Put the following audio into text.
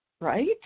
right